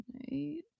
eight